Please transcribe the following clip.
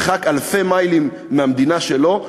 מרחק אלפי מיילים מהמדינה שלו,